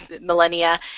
millennia